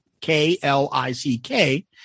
K-L-I-C-K